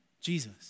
Jesus